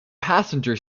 passenger